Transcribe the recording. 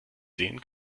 sehen